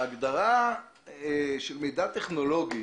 ההגדרה של מידע טכנולוגי